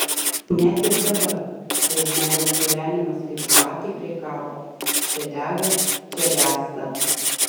net ir dabar kai žmogaus gyvenimas kaip žvakė prie kapo čia dega čia gęsta